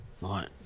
right